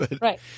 Right